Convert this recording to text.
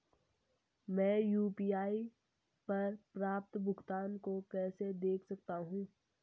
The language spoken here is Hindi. मैं यू.पी.आई पर प्राप्त भुगतान को कैसे देख सकता हूं?